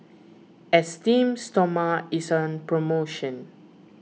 Esteem Stoma is on promotion